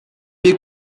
bir